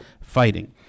fighting